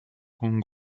con